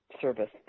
service